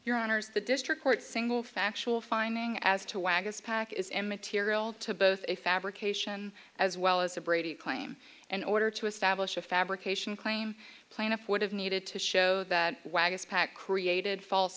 your honour's the district court single factual finding as to wagga spac is immaterial to both a fabrication as well as the brady claim in order to establish a fabrication claim plaintiff would have needed to show that wagon packed created false